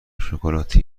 شکلاتی